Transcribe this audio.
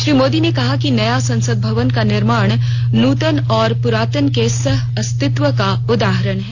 श्री मोदी ने कहा कि नया संसद भवन का निर्माण नूतन और पुरातन के सह अस्तित्व का उदाहरण है